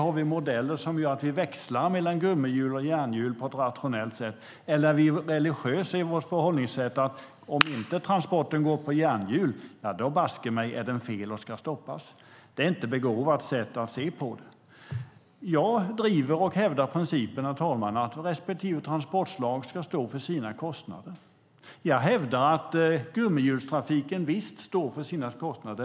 Har vi modeller som gör att vi växlar mellan gummihjul och järnhjul på ett rationellt sätt, eller är vi religiösa i vårt förhållningssätt så att transporten baske mig är fel och ska stoppas om den inte går på järnhjul? Det är inte ett begåvat sätt att se på det. Jag driver och hävdar principen, herr talman, att respektive transportslag ska stå för sina kostnader. Jag hävdar att gummihjulstrafiken visst står för sina kostnader.